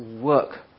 work